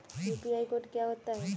UPI code क्या होता है?